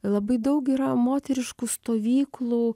labai daug yra moteriškų stovyklų